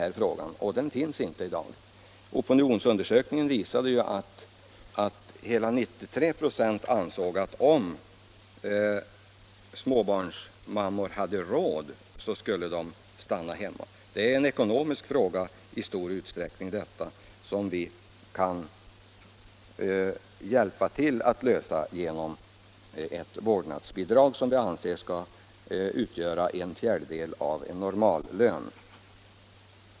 Någon sådan jämlikhet finns inte i dag, och den genomförda opinionsundersökningen visade att hela 93 926 ansåg att om småbarnsmammor hade råd skulle de stanna hemma. Detta är i stor utsträckning en ekonomisk fråga som vi kan hjälpa till att lösa genom ett vårdnadsbidrag, vilket bör utgöra en fjärdedel av en normallön.